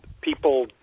people